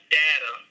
data